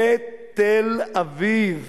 לתל-אביב,